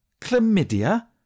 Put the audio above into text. chlamydia